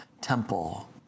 temple